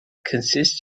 consists